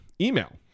email